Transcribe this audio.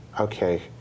okay